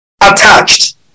attached